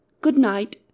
Good-night